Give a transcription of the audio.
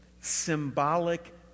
symbolic